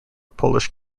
polish